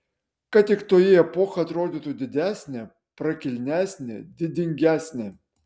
kad tik toji epocha atrodytų didesnė prakilnesnė didingesnė